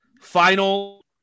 Final